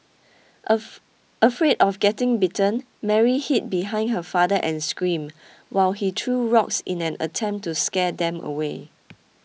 of afraid of getting bitten Mary hid behind her father and screamed while he threw rocks in an attempt to scare them away